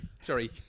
Sorry